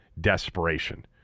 desperation